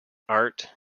art